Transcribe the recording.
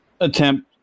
attempt